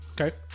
Okay